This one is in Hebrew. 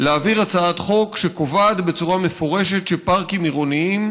הצעת חוק שקובעת בצורה מפורשת שפארקים עירוניים,